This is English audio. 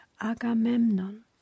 Agamemnon